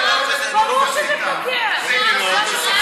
זו לא פגיעה, מירב, ברור שזה פוגע.